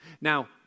Now